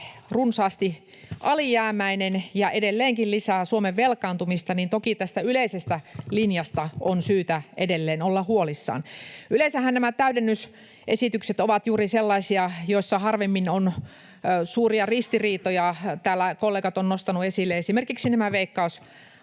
runsaasti alijäämäinen ja edelleenkin lisää Suomen velkaantumista, niin toki tästä yleisestä linjasta on syytä edelleen olla huolissaan. Yleensähän nämä täydennysesitykset ovat juuri sellaisia, joissa harvemmin on suuria ristiriitoja. Täällä kollegat ovat nostaneet esille esimerkiksi nämä Veikkaus